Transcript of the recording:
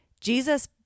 Jesus